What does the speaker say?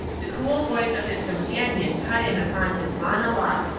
the cool voice of his companion cut in upon his monologue,